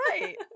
right